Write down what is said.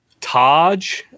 Taj